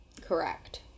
Correct